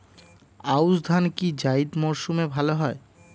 আউশ ধান কি জায়িদ মরসুমে ভালো হয়?